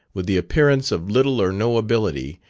with the appearance of little or no ability,